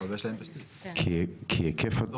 ככל שיש להן תשתית.